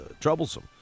troublesome –